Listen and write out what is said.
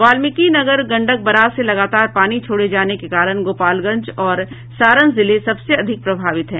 Valmikinagar Gandak barrage से लगातार पानी छोड़े जाने के कारण गोपालगंज और सारण जिले सबसे अधिक प्रभावित हैं